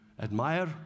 admire